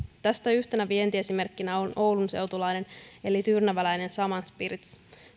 tästä yhtenä vientiesimerkkinä on oulunseutulainen eli tyrnäväläinen shaman spirits